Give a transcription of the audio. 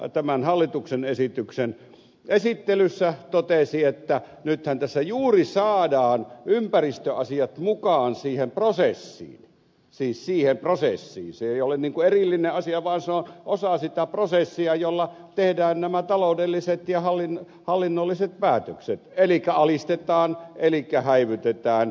ympäristöministeri tämän hallituksen esityksen esittelyssä totesi että nythän tässä juuri saadaan ympäristöasiat mukaan siihen prosessiin siis siihen prosessiin se ei ole niin kuin erillinen asia vaan se on osa sitä prosessia jolla tehdään nämä taloudelliset ja hallinnolliset päätökset elikkä alistetaan elikkä häivytetään